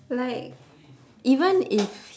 like even if